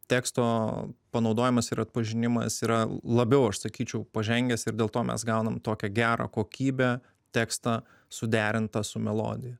teksto panaudojimas ir atpažinimas yra labiau aš sakyčiau pažengęs ir dėl to mes gaunam tokią gerą kokybę tekstą suderintą su melodija